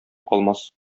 калмас